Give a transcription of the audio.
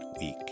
week